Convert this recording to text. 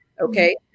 Okay